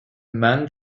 man